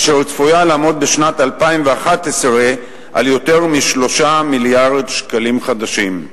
אשר צפויה לעמוד בשנת 2011 על יותר מ-3 מיליארד שקלים חדשים.